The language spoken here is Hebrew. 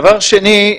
דבר שני.